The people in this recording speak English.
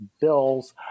bills